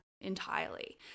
entirely